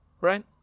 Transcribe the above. Right